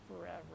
forever